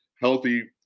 healthy